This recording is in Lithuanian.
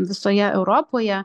visoje europoje